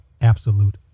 absolute